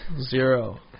Zero